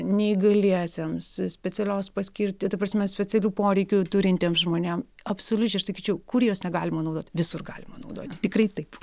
neįgaliesiems specialios paskirti ta prasme specialių poreikių turintiems žmonėm absoliučiai aš sakyčiau kur jos negalima naudot visur galima naudoti tikrai taip